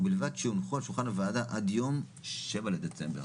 ובלבד שיונחו על שולחן הוועדה עד יום 7 בדצמבר